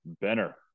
Benner